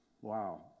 Wow